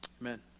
Amen